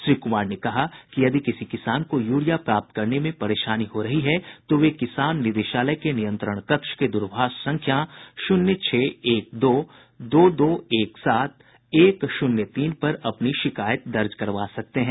श्री कुमार ने कहा कि यदि किसी किसान को यूरिया प्राप्त करने में परेशानी हो रही है तो वे किसान निदेशालय के नियंत्रण कक्ष के दरभाष संख्या शून्य छह एक दो दो एक सात एक शून्य तीन पर अपनी शिकायत दर्ज करवा सकते हैं